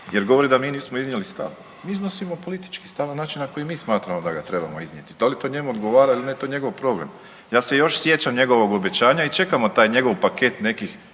jer govori da mi nismo iznijeli stav. Iznosimo politički stav na način na koji mi smatramo da ga trebamo iznijeti. Da li to njemu odgovara ili ne to je njegov problem. Ja se još sjećam njegovog obećanja i čekamo taj njegov paket nekih